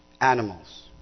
animals